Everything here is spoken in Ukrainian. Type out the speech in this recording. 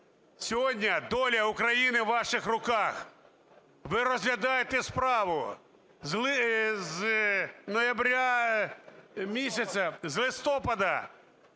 сьогодні доля України у ваших руках. Ви розглядаєте справу з ноября місяця, з листопада